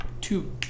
two